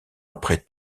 après